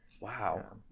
Wow